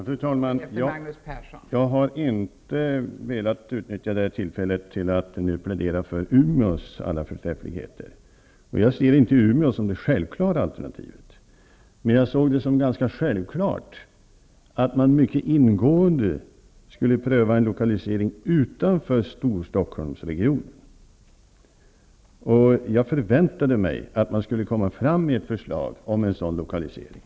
Fru talman! Jag har inte försökt utnytta detta tillfälle till att plädera för Umeås alla förträffligheter. Jag ser inte Umeå som det självklara alternativet. Men jag ansåg det vara ganska självklart att man mycket ingående borde överväga en lokalisering utanför Storstockholmsregionen. Jag förväntade mig att man skulle komma fram med förslag om en sådan lokalisering.